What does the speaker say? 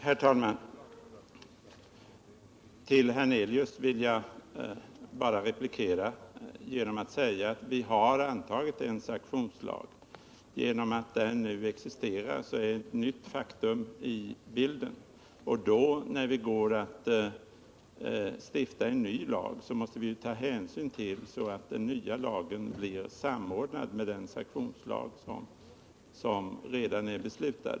Herr talman! Jag vill bara replikera herr Hernelius genom att säga att vi har antagit en sanktionslag. Genom att den nu existerar har ett nytt faktum tillkommit, och när vi går att stifta en ny lag måste vi se till att denna blir samordnad med den sanktionslag som redan är beslutad.